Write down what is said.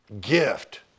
gift